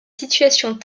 situations